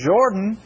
Jordan